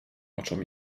oczom